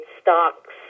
stocks